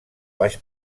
baix